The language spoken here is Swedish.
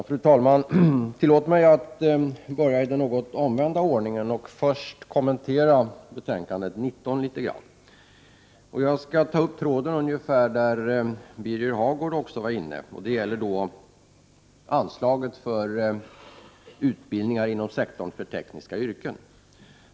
Fru talman! Tillåt mig att börja i något omvänd ordning och först kommentera betänkandet nr 19. Jag skall ta upp tråden ungefär i det sammanhang som Birger Hagård också berörde. Det gäller anslaget för utbildningar inom sektorn för tekniska yrken.